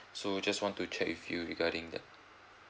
so just want to check with you regarding that